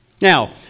Now